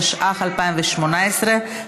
התשע"ח 2018,